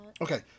Okay